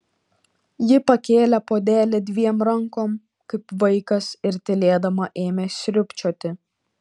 ji pakėlė puodelį dviem rankom kaip vaikas ir tylėdama ėmė sriubčioti